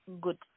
Good